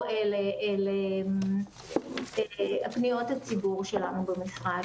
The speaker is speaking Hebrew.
הגיעו לפניות הציבור שלנו במשרד.